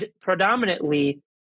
predominantly